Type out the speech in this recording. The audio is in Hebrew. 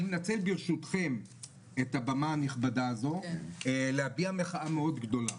אני מנצל ברשותכם את הבמה הנכבדה הזו להביע מחאה מאוד גדולה.